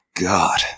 God